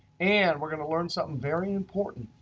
and we're going to learn something very important.